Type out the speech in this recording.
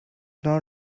not